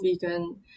vegan